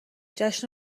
جشن